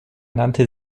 nannte